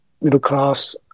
middle-class